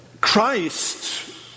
Christ